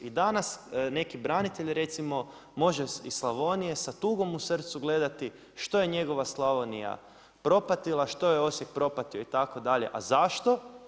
I danas neki branitelji, recimo može iz Slavonije, sa tugom u srcu gledati što je njegova Slavonija propatila, što je Osijek propatio itd., a zašto?